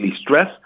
stress